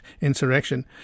insurrection